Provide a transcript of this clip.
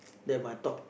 that my top